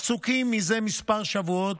עסוקים זה מספר שבועות